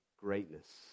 greatness